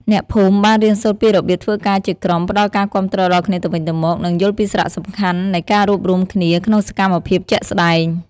អ្នកភូមិបានរៀនសូត្រពីរបៀបធ្វើការជាក្រុម ផ្តល់ការគាំទ្រដល់គ្នាទៅវិញទៅមក និងយល់ពីសារៈសំខាន់នៃការរួបរួមគ្នាក្នុងសកម្មភាពជាក់ស្តែង។